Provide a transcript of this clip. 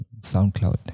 SoundCloud